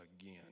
again